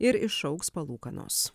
ir išaugs palūkanos